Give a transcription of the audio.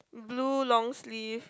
blue long sleeve